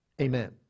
amen